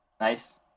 Nice